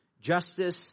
justice